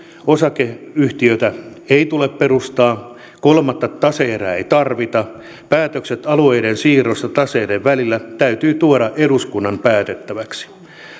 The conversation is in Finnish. osakeyhtiötä ei tule perustaa kolmatta tase erää ei tarvita päätökset alueiden siirroista taseiden välillä täytyy tuoda eduskunnan päätettäväksi